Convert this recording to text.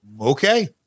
Okay